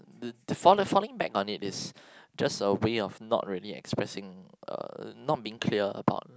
uh falling falling back on it is just a way of not really expressing uh not being clear about